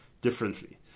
differently